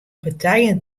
partijen